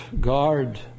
guard